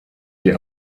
sie